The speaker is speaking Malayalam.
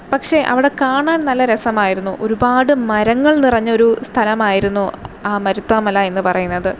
പക്ഷേ അവിടെ കാണാൻ നല്ല രസമായിരുന്നു ഒരുപാട് മരങ്ങൾ നിറഞ്ഞ ഒരു സ്ഥലമായിരുന്നു ആ മരുത്വ മല എന്ന് പറയുന്നത്